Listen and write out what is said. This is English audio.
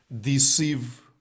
deceive